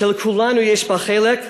שלכולנו יש בה חלק,